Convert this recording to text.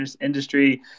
industry